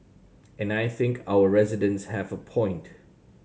and I think our residents have a point